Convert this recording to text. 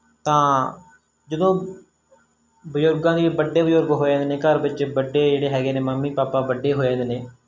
ਤਾਂ ਜਦੋਂ ਬਜ਼ੁਰਗਾਂ ਦੀ ਵੱਡੇ ਬਜ਼ੁਰਗ ਹੋ ਜਾਂਦੇ ਨੇ ਘਰ ਵਿੱਚ ਵੱਡੇ ਜਿਹੜੇ ਹੈਗੇ ਨੇ ਮੰਮੀ ਪਾਪਾ ਵੱਡੇ ਹੋ ਜਾਂਦੇ ਨੇ